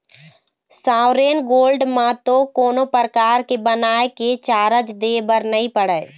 sovereign gold म तो कोनो परकार के बनाए के चारज दे बर नइ पड़य